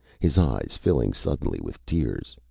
his eyes filling suddenly with tears.